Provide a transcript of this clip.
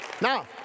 now